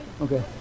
Okay